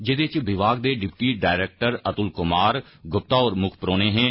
जेहदे इच विभाग दे डिप्टी डायरेक्टर अतुल कुमार गुप्ता होर मुक्ख परीहने हे